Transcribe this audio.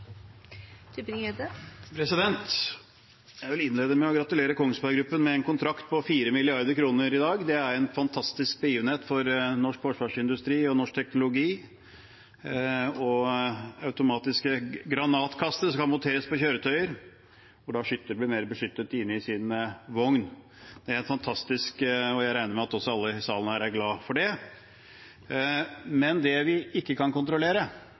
Jeg vil innlede med å gratulere Kongsberg Gruppen med en kontrakt på 4 mrd. kr i dag. Det er en fantastisk begivenhet for norsk forsvarsindustri og norsk teknologi – automatiske granatkastere som kan monteres på kjøretøyer, som gjør at skytteren blir mer beskyttet inne i sin vogn. Det er fantastisk, og jeg regner også med at alle i salen er glad for det. Det vi ikke kan kontrollere,